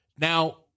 Now